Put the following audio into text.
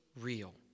real